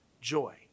joy